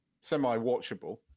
semi-watchable